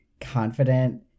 confident